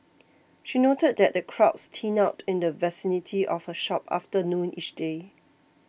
she noted that the crowds thin out in the vicinity of her shop after noon each day